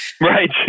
Right